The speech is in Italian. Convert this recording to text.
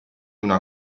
una